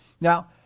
Now